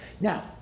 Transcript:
Now